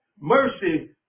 Mercy